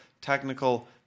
technical